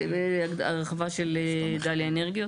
זה הרחבה של דליה אנרגיות.